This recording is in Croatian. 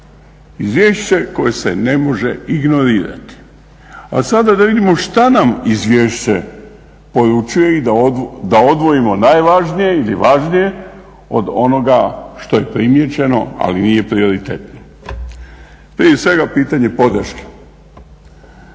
izvješće koje se ne može ignorirati. A sada da vidimo šta nam izvješće poručuje i da odvojimo najvažnije ili važnije od onoga što je primijećeno ali nije prioritetno. Prije svega, pitanje podrške.